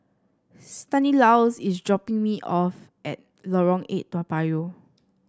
Stanislaus is dropping me off at Lorong Eight Toa Payoh